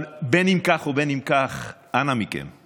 אבל אם כך ואם כך, אנא מכם,